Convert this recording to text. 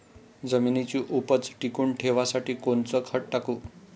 जमिनीची उपज टिकून ठेवासाठी कोनचं खत टाकू?